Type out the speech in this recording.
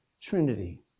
Trinity